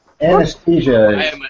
Anesthesia